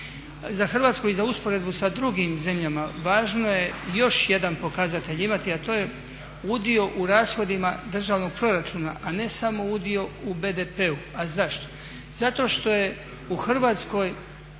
za Hrvatsku i za usporedbu sa drugim zemljama važno je još jedan pokazatelj imati a to je udio u rashodima državnog proračuna a ne samo udio u BDP-u. A zašto? Zato što je u Hrvatskoj